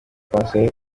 konseye